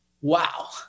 Wow